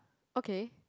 okay